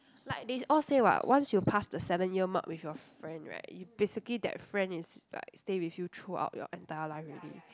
like they all say [what] once you pass the seven year mark with your friend right you basically that friend is like stay with you throughout your entire life already